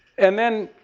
and then,